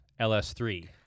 ls3